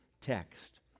text